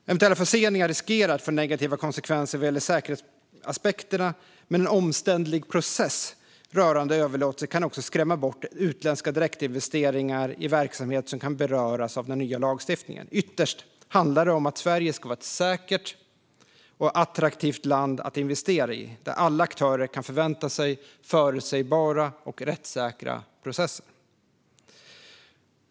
Eventuella förseningar riskerar att få negativa konsekvenser när det gäller säkerhetsaspekterna. En omständlig process rörande överlåtelser kan också skrämma bort utländska direktinvesteringar i verksamhet som kan beröras av den nya lagstiftningen. Ytterst handlar det om att Sverige ska vara ett säkert och attraktivt land att investera i, där alla aktörer kan förvänta sig förutsägbara och rättssäkra processer.